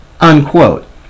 unquote